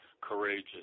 courageous